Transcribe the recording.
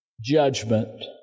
judgment